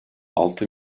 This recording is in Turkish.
altı